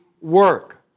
work